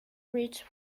reached